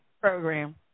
program